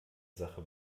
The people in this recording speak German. sache